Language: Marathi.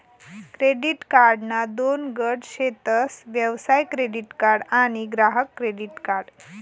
क्रेडीट कार्डना दोन गट शेतस व्यवसाय क्रेडीट कार्ड आणि ग्राहक क्रेडीट कार्ड